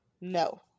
No